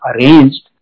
arranged